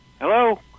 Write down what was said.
Hello